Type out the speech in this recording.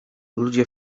ludzie